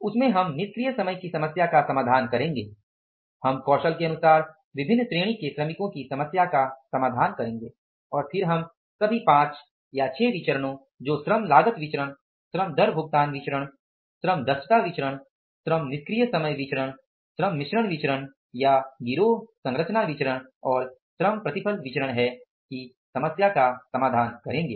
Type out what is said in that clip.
उसमे हम निष्क्रिय समय की समस्या का समाधान करेंगे हम कौशल के अनुसार विभिन्न श्रेणी के श्रमिकों की समस्या का समाधान करेंगे और फिर हम सभी 5 या 6 विचरणो जो श्रम लागत विचरण श्रम दर भुगतान विचरण श्रम दक्षता विचरण श्रम निष्क्रिय समय विचरण श्रम मिश्रण विचरण या गिरोह रचना विचरण और श्रम प्रतिफल विचरण है की समस्या का समाधान करेंगे